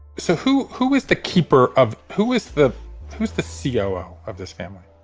so who who is the keeper of who is the who's the ceo of this family?